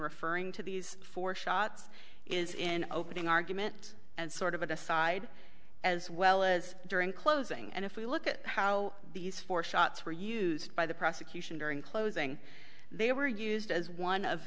referring to these four shots is in opening argument and sort of an aside as well as during closing and if we look at how these four shots were used by the prosecution during closing they were used as one of